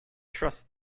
trust